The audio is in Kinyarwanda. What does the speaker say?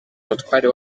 umutware